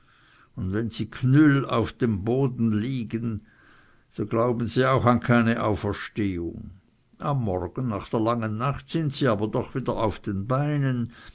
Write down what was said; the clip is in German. und wenn sie knüll auf dem rücken liegen so glauben sie auch an keine auferstehung am morgen nach der langen nacht sind sie aber doch wieder auf den beinen